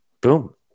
boom